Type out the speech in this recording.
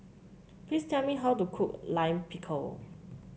please tell me how to cook Lime Pickle